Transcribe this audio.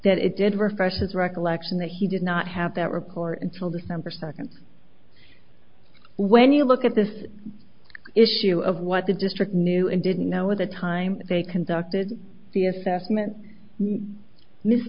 that it did refresh his recollection that he did not have that report until december second when you look at this issue of what the district knew and didn't know at the time they conducted the assessment mis